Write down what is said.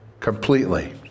Completely